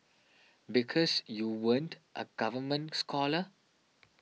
because you weren't a government scholar